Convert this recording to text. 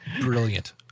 brilliant